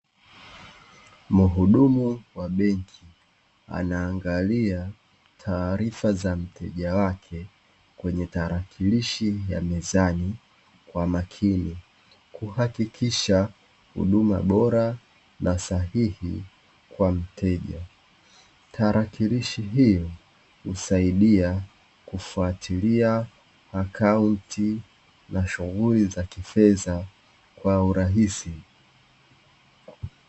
Muhudumu wa benki anaangalia taarifa za mteja wake kwenye taakilishi rya mezani kwa makini kuhakikisha huduma bora na sahihi kwa mteja, taakilishi hiyo husaidia kufuatilia akaunti na shughuli za kifedha kwa urahisi.